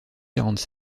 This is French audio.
quarante